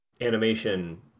animation